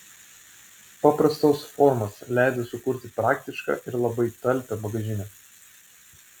paprastos formos leido sukurti praktišką ir labai talpią bagažinę